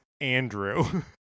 Andrew